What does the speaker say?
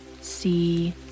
see